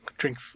Drink